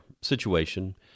situation